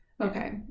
Okay